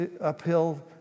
uphill